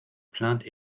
plaintes